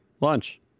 lunch